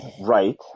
right